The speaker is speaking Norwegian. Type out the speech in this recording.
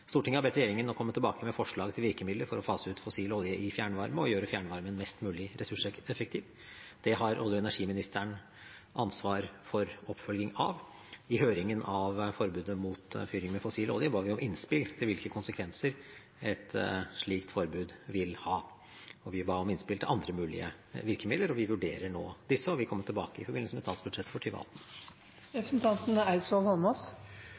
Stortinget har bedt regjeringen om å komme tilbake med forslag til virkemidler for å fase ut fossil olje i fjernvarme og gjøre fjernvarmen mest mulig ressurseffektiv. Det har olje- og energiministeren ansvar for oppfølgingen av. I høringen angående forbudet mot fyring med fossil olje ba vi om innspill til hvilke konsekvenser et slikt forbud vil ha, og vi ba om innspill til andre mulige virkemidler. Vi vurderer nå disse og vil komme tilbake i forbindelse med statsbudsjettet for